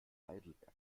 heidelberg